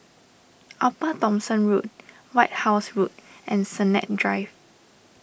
Upper Thomson Road White House Road and Sennett Drive